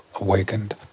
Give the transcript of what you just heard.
awakened